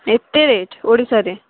ଏତେ ରେଟ୍ ଓଡ଼ିଶାରେ